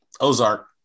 Ozark